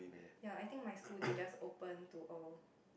ya I think my school they just open to all